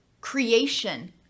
creation